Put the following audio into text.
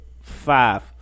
five